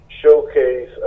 showcase